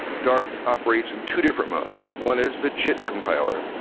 dart operates in two different modes. one is the jit compiler.